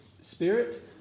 spirit